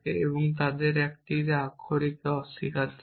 এবং তাদের একটিতে সেই আক্ষরিকটির অস্বীকার থাকে